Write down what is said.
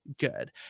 good